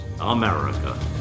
America